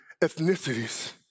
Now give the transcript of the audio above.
ethnicities